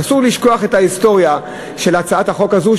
אסור לשכוח את ההיסטוריה של הצעת החוק הזאת,